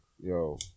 yo